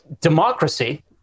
democracy